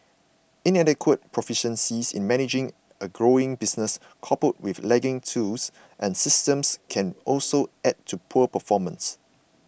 inadequate proficiency in managing a growing business coupled with lagging tools and systems can also add to poor performance